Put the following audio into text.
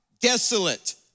desolate